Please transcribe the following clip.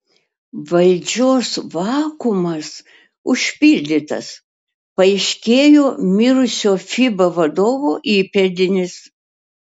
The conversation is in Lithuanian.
valdžios vakuumas užpildytas paaiškėjo mirusio fiba vadovo įpėdinis